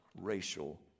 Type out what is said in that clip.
racial